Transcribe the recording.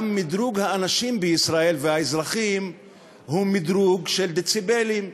גם מדרוג האנשים בישראל והאזרחים הוא מדרוג של דציבלים.